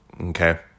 Okay